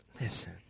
Listen